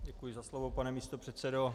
Děkuji za slovo, pane místopředsedo.